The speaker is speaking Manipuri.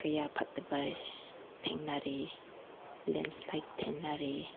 ꯀꯌꯥ ꯐꯠꯇꯕ ꯊꯦꯡꯅꯔꯦ ꯂꯦꯟꯏꯁꯂꯥꯏꯠ ꯊꯦꯡꯅꯔꯦ